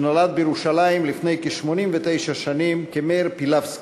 שנולד בירושלים לפני כ-89 שנים כמאיר פילבסקי.